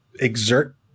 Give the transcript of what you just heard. exert